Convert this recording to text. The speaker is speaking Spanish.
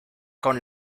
con